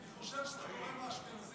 אני חושב שאתה קורא מהאשכנזים.